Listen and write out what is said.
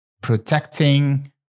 protecting